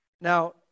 now